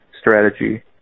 strategy